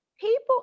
People